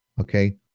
Okay